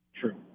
True